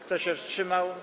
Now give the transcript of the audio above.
Kto się wstrzymał?